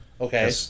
Okay